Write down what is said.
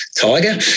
tiger